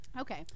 Okay